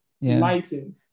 lighting